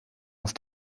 auf